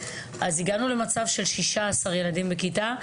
אז הגענו למצב של 16 ילדים בכיתה.